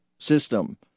system